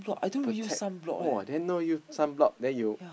protect !wah! then no use sunblock then you